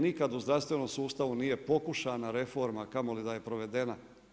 Nikad u zdravstvenom sustavu nije pokušana reforma, kamoli da je provedena.